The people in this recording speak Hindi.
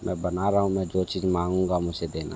मैं बना रहा हूँ जो चीज़ माँगूँगा मुझे देना